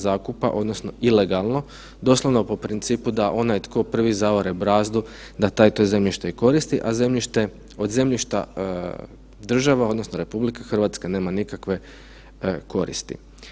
zakupa, odnosno ilegalno, doslovno po principu da onaj tko prvi zavare brazdu da taj to zemljište i koristi, a zemljišta država, odnosno RH nema nikakve koristi.